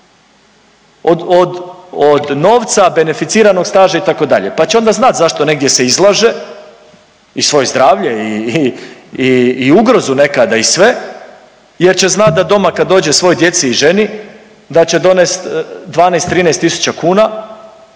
od novca, beneficiranog staža itd., pa će onda znat zašto negdje se izlaže i svoje zdravlje i ugrozu nekada i sve jer će znat da doma kad dođe svojoj djeci i ženi da će donest 12-13 tisuća kuna,